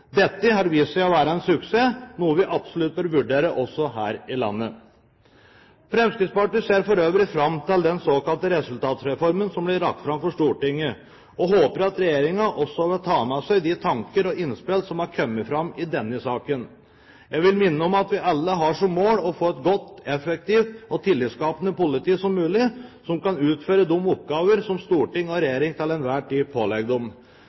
Dette har vist seg å være en suksess, og er noe vi absolutt bør vurdere også her i landet. Fremskrittspartiet ser for øvrig fram til at den såkalte resultatreformen blir lagt fram for Stortinget, og håper at regjeringen også vil ta med seg de tanker og innspill som har kommet fram i denne saken. Jeg vil minne om at vi alle har som mål å få et så godt, effektivt og tillitskapende politi som mulig, som kan utføre de oppgaver som storting og regjering til enhver tid pålegger dem.